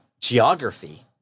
geography